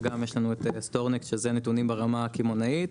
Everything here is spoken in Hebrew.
וגם יש לנו את סטורניק שזה נתונים ברמה הקמעונאית,